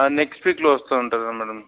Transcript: next వీక్లో వస్తూ ఉంటారు మ్యాడమ్